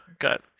got